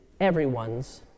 everyone's